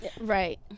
Right